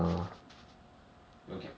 then what the gems are easier to get at the top side